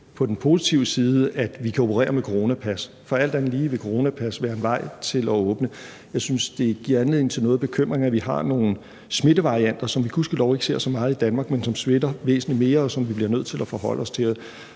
på den positive side, at vi kan operere med coronapas, for alt andet lige vil coronapas være en vej til at åbne. Jeg synes, det giver anledning til bekymring, at vi har nogle smittevarianter, som vi gudskelov ikke ser så meget i Danmark, men som smitter væsentlig mere, og som vi bliver nødt til at forholde os til.